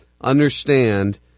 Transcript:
understand